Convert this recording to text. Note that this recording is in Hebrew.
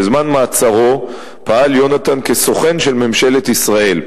בזמן מעצרו פעל יונתן כסוכן של ממשלת ישראל.